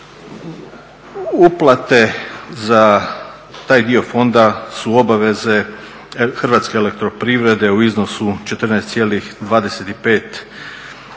Uplate za taj dio fonda su obaveze Hrvatske elektroprivrede u iznosu 14,25